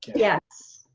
yes,